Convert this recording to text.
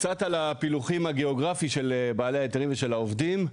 קצת על הפילוחים הגיאוגרפיים של בעלי ההיתרים ושל העובדים.